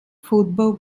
football